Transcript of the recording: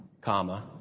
comma